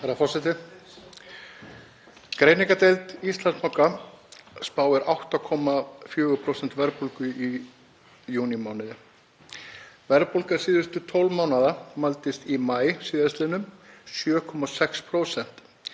Herra forseti. Greiningardeild Íslandsbanka spáir 8,4% verðbólgu í júnímánuði. Verðbólga síðustu 12 mánaða mældist í maí síðastliðnum 7,6%